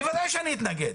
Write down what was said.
בוודאי שאני אתנגד,